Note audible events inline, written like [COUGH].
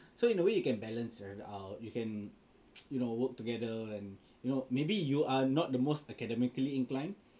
so in a way you can balance oh out you can [NOISE] you know work together and you know maybe you are not the most academically inclined